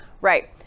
Right